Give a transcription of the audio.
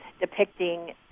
depicting